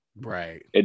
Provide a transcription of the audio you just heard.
Right